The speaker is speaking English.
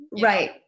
Right